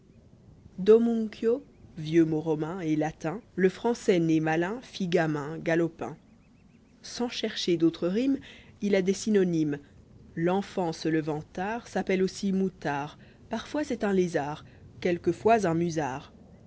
wflomuncio vieux mot romain et latin le français né malin fit gamin s galopin f sans chercher d'autres rimes il a des synonymes l'enfant se levant tard s'appelle aussi moutard parfois c'est un lézard quelquefois un musard